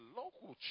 local